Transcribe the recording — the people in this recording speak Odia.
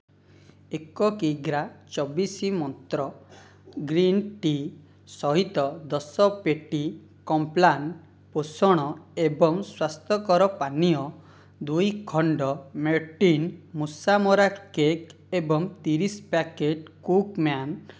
ଏକ କିଗ୍ରା ଚବିଶି ମନ୍ତ୍ର ଗ୍ରୀନ୍ ଟି ସହିତ ଦଶ ପେଟି କମ୍ପ୍ଲାନ ପୋଷଣ ଏବଂ ସ୍ଵାସ୍ଥ୍ୟକର ପାନୀୟ ଦୁଇ ଖଣ୍ଡ ମୋର୍ଟିନ ମୂଷା ମରା କେକ୍ ଏବଂ ତିରିଶ ପ୍ୟାକେଟ୍ କୁକୀମ୍ୟାନ